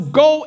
go